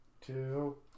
two